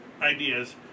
ideas